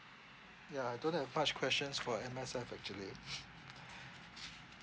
ya I don't have much questions for M_S_F actually